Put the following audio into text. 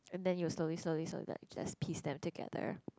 and then you slowly slowly slowly like just piece them together